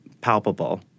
palpable